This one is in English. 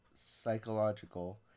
psychological